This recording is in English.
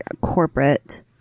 corporate